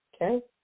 Okay